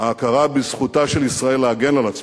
ההכרה בזכותה של ישראל להגן על עצמה,